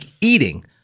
eating